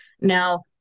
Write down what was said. Now